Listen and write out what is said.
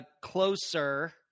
closer